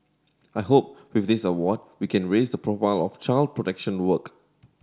I hope with this award we can raise the profile of child protection work